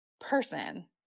person